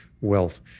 wealth